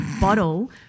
bottle